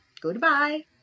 goodbye